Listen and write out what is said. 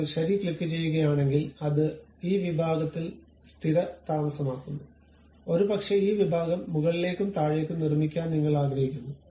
നിങ്ങൾ ശരി ക്ലിക്കു ചെയ്യുകയാണെങ്കിൽ അത് ഈ വിഭാഗത്തിൽ സ്ഥിരതാമസമാക്കുന്നു ഒരുപക്ഷേ ഈ വിഭാഗം മുകളിലേക്കും താഴേക്കും നിർമ്മിക്കാൻ നിങ്ങൾ ആഗ്രഹിക്കുന്നു